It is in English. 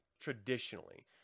traditionally